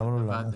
למה לא לנו?